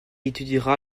étudiera